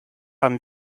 haben